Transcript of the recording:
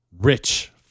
rich